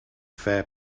fair